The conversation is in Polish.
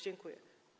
Dziękuję.